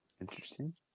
Interesting